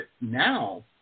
now